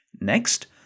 Next